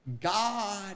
God